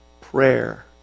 prayer